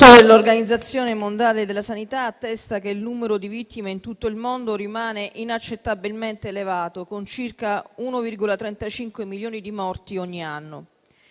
dell'Organizzazione mondiale della sanità attesta che il numero di vittime della strada in tutto il mondo rimane inaccettabilmente elevato, con circa 1,35 milioni di morti ogni anno.